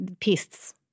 pests